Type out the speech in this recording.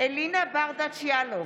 אלינה ברדץ' יאלוב,